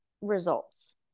results